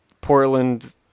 Portland